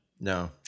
no